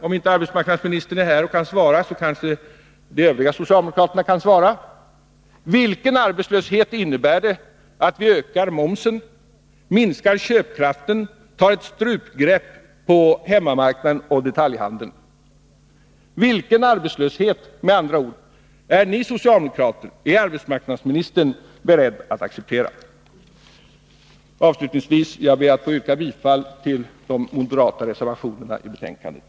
— Om arbetsmarknadsministern inte är här och kan svara, kanske de övriga socialdemokraterna kan göra det. — Vilken arbetslöshet innebär det att vi ökar momsen, minskar köpkraften, tar ett strupgrepp på hemmamarknaden och detaljhandeln? Med andra ord: Vilken arbetslöshet är arbetsmarknadsministern och ni socialdemokrater beredda att acceptera? Jag ber att få yrka bifall till de moderata reservationerna i betänkandet.